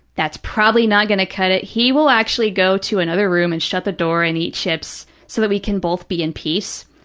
that's probably not going to cut it. he will actually go to another room and shut the door and eat chips so that we can both be in peace.